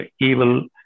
evil